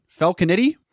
Falconetti